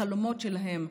בחלומות שלהם,